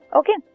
okay